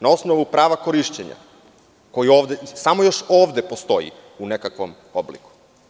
Na osnovu prava korišćenja koje samo još ovde postoji u nekakvom obliku?